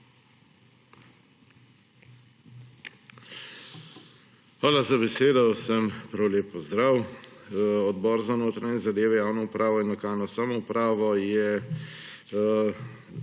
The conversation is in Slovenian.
Hvala za besedo. Vsem prav lep pozdrav! Odbor za notranje zadeve, javno upravo in lokalno samoupravo je